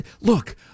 look